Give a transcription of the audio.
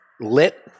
lit